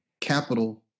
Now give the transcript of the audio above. capital